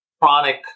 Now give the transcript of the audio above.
chronic